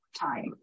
Time